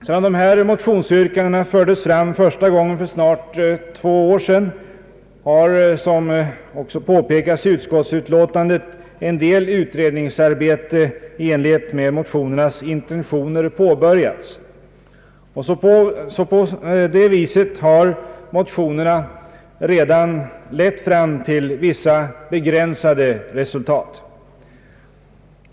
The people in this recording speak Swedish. Sedan dessa motionsyrkanden fördes fram första gången för snart två år sedan har, som påpekats i utskottsutlåtandet, en del utredningsarbete i enlighet med motionernas intentioner påbörjats. Därigenom har motionerna redan lett fram till vissa begränsade resultat.